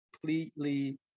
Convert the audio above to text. completely